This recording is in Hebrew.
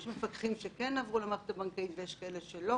יש מפקחים שכן עברו למערכת הבנקאית, יש כאלה שלא.